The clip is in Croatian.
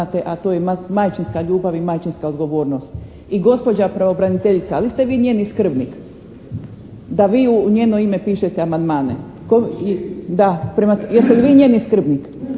a to je majčinska ljubav i majčinska odgovornost. I gospođa pravobraniteljica, a li ste vi njeni skrbnik, da vi u njeno ime pišete amandmane? … /Upadica se ne čuje./ … Da. Jeste li vi njeni skrbnik?